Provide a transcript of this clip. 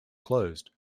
closed